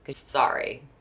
Sorry